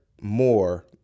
more